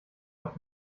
auf